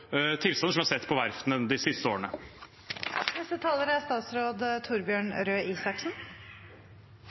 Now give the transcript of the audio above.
tilstander som vi har sett på verftene de siste årene.